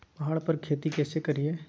पहाड़ पर खेती कैसे करीये?